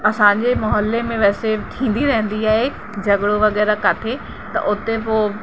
असांजे मोहल्ले वैसे थींदी रहंदी आहे झगिड़ो वग़ैरा किथे त उते पोइ